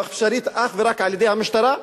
אפשרית אך ורק על-ידי המשטרה,